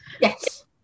yes